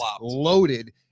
loaded